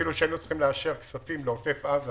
אפילו שהיינו צריכים לאשר כספים לעוטף עזה